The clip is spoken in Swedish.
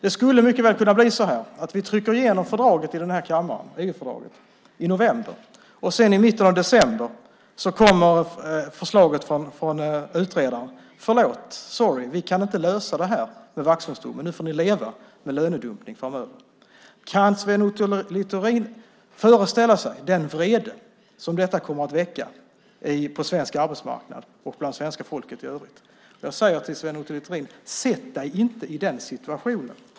Det skulle mycket väl kunna bli så att vi trycker igenom EU-fördraget här i kammaren i november, och så i mitten av december kommer förslaget från utredaren: Förlåt! Sorry ! Vi kan inte lösa det här med Vaxholmsdomen. Nu får ni leva med lönedumpning framöver. Kan Sven Otto Littorin föreställa sig den vrede som detta kommer att väcka på svensk arbetsmarknad och bland svenska folket i övrigt? Jag säger till Sven Otto Littorin: Försätt dig inte i den situationen!